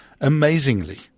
Amazingly